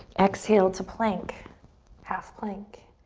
exhale to plank, half plank.